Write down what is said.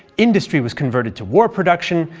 industry was converted to war production,